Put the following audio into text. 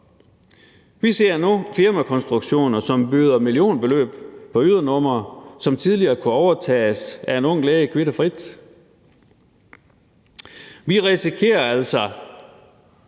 Vi ser nu firmakonstruktioner, som byder millionbeløb på ydernumre, som tidligere kunne overtages af en ung læge kvit og frit. Kl. 12:34 Vi risikerer altså